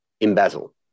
embezzle